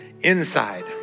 inside